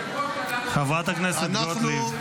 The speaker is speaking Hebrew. --- חברת הכנסת גוטליב.